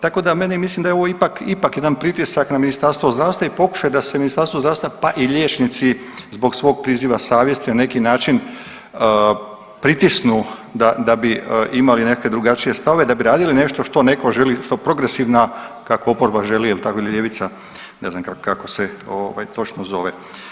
Tako da meni mislim da je ovo ipak, ipak jedan pritisak na Ministarstvo zdravstva i pokušaj da se Ministarstvo zdravstva, pa i liječnici zbog svog priziva savjesti na neki način pritisnu da, da bi imali nekakve drugačije stavove, da bi radili nešto što neko želi, što progresivna kako oporba želi jel tako ili ljevica, ne znam kako se ovaj točno zove.